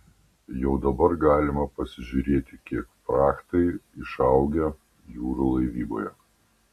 jau dabar galima pasižiūrėti kiek frachtai išaugę jūrų laivyboje